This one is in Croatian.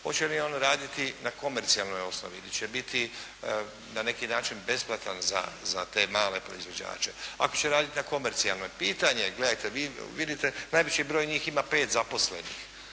hoće li on raditi na komercijalnoj osnovi ili će biti na neki način besplatan za te male proizvođače. Ako će raditi na komercijalnoj, pitanje je, gledajte najveći broj njih ima pet zaposlenih,